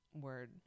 Word